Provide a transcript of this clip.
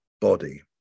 body